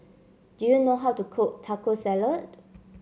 do you know how to cook Taco Salad